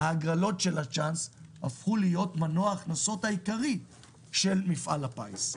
ההגרלות של הצ'אנס הפכו להיות מנוע ההכנסות העיקרי של מפעל הפיס,